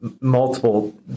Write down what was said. multiple